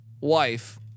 wife